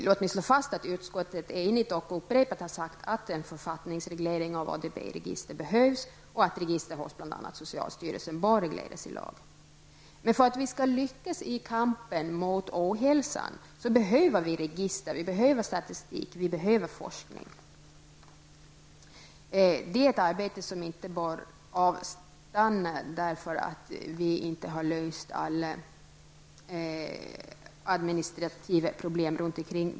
Låt mig slå fast att utskottet är enigt och upprepat har sagt att en författningsreglering av ADB-register behövs och att register hos bl.a. socialstyrelsen bör regleras i lag. För att vi skall lyckas i kampen mot ohälsan behöver vi register, statistik och forskning. Det är ett arbete som inte bör avstanna därför att vi inte har löst alla administrativa problem runt omkring.